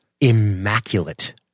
immaculate